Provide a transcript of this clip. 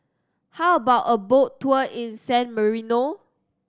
how about a boat tour in San Marino